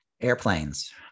Airplanes